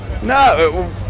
No